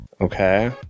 Okay